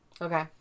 Okay